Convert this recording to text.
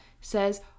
says